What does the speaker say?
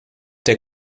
der